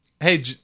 Hey